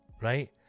right